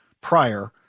prior